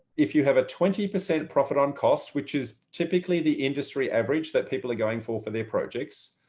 if you have a twenty percent profit on cost, which is typically the industry average that people are going for for their projects,